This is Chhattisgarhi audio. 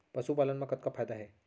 पशुपालन मा कतना फायदा हे?